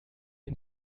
den